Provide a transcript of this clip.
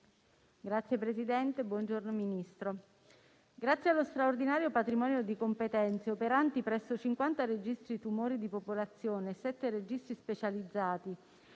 *(M5S)*. Signor Ministro, grazie allo straordinario patrimonio di competenze operanti presso 50 registri tumori di popolazione e 7 registri specializzati